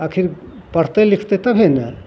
आखिर पढ़तै लिखतै तभिए ने